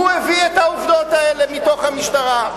הביא את העובדות האלה מתוך המשטרה.